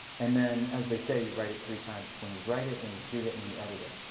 and then as they say, you write it three times. when you write it, when you shoot it, when you edit it.